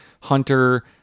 hunter